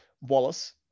Wallace